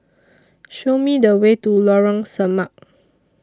Show Me The Way to Lorong Samak